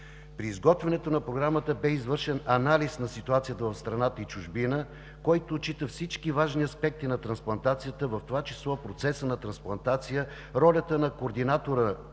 При изготвянето на програмата бе извършен анализ на ситуацията в страната и чужбина, който отчита всички важни аспекти на трансплантацията, в това число: процесът на трансплантация; ролята на координатора